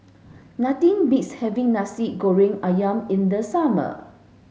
nothing beats having Nasi Goreng Ayam in the summer